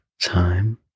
time